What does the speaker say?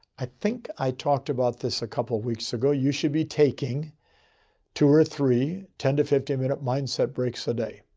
i think i talked about this a couple of weeks ago, you should be taking two or three, ten to fifteen minute mindset breaks a day.